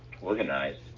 organized